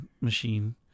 machine